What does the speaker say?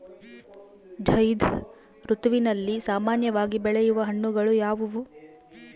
ಝೈಧ್ ಋತುವಿನಲ್ಲಿ ಸಾಮಾನ್ಯವಾಗಿ ಬೆಳೆಯುವ ಹಣ್ಣುಗಳು ಯಾವುವು?